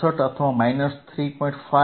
67 અથવા 3